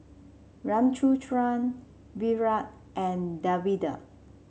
Ramchundra Virat and Davinder